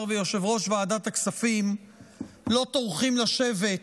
ויושב-ראש ועדת הכספים לא טורחים לשבת,